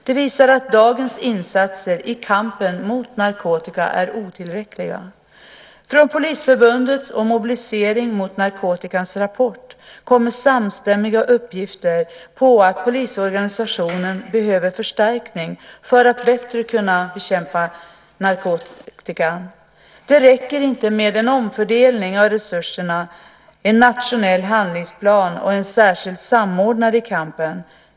Det visar att dagens insatser i kampen mot narkotika är otillräckliga. I en rapport från Polisförbundet och Mobilisering mot narkotika kommer samstämmiga uppgifter om att polisorganisationen behöver förstärkning för att bättre kunna bekämpa narkotikan. Det räcker inte med en omfördelning av resurserna, en nationell handlingsplan och en särskild samordnare i kampen.